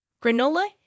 granola